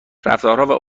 رفتارها